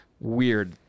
Weird